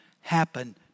happen